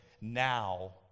now